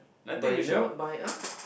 but you never buy !huh!